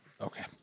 Okay